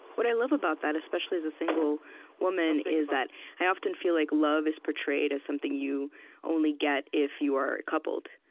what i love about that, especially as a single woman, is that i often feel like love is portrayed as something you only get if you are coupled